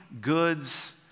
goods